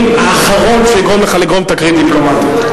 אני האחרון שיגרום לך לגרום תקרית דיפלומטית.